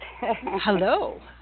Hello